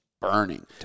burning